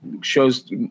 shows